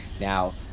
now